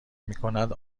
میکند